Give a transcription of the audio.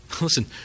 Listen